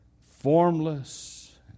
formless